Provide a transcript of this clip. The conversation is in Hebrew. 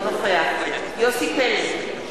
אינו נוכח יוסי פלד,